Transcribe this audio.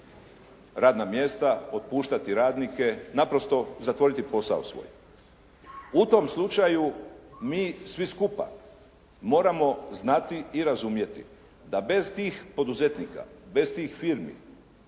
radna mjesta, otpuštati radnike. Naprosto zatvoriti posao svoj. U tom slučaju mi svi skupa moramo znati i razumjeti da bez tih poduzetnika, bez tih firmi,